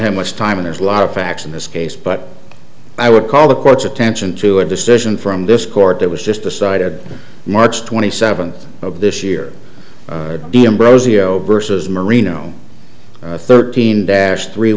have much time and there's a lot of facts in this case but i would call the court's attention to a decision from this court that was just decided march twenty seventh of this year d m rosie o versus marino thirteen dash three